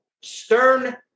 stern